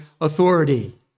authority